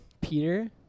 Peter